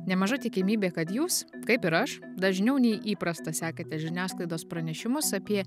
nemaža tikimybė kad jūs kaip ir aš dažniau nei įprasta sekate žiniasklaidos pranešimus apie